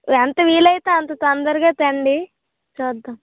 ఎంత వీలు అయితే అంత తొందరగా తెండి చూద్దాం